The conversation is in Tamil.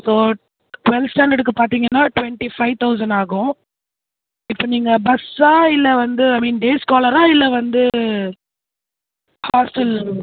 ஸோ டுவெல்த் ஸ்டாண்டர்டுக்கு பார்த்தீங்கன்னா டுவெண்ட்டி ஃபைவ் தௌசண்ட் ஆகும் இப்போ நீங்கள் பஸ்ஸா இல்லை வந்து ஐ மீண் டேஸ் ஸ்காலரா இல்லை வந்து ஹாஸ்டல்